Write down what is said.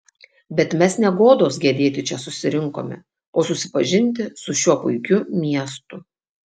bet mes ne godos gedėti čia susirinkome o susipažinti su šiuo puikiu miestu